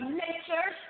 nature